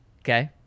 Okay